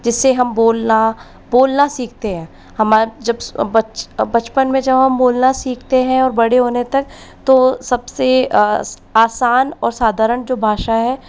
जिससे हम बोलना बोलना सीखते हैं हमारे जब बचपन में जब हम बोलना सीखते हैं और बड़े होने तक तो सब से आसान और साधारण जो भाषा है